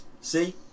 See